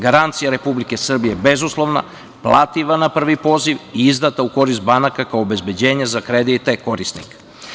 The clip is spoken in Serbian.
Garancija Republike Srbije je bezuslovna, plativa na prvi poziv i izdata u korist banaka kao obezbeđenje za kredite korisnika.